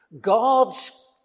God's